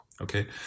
Okay